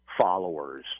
followers